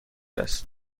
است